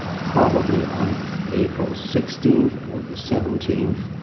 probably on april sixteenth or the seventeenth.